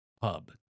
pub